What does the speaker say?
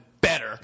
better